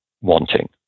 wanting